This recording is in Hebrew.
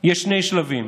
יש שני שלבים: